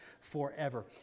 forever